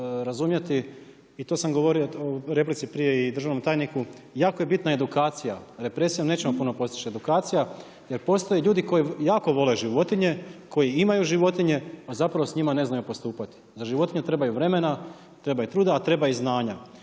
i to sam govorio i u replici prije i državnom tajniku, jako je bitna edukacija, represijom nećemo puno postići, edukacija, jer postoje ljudi koji jako vole životinje, koji imaju životinje, a zapravo sa njima ne znaju postupati. Za životinju treba i vremena, treba i truda, a treba i znanja.